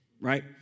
right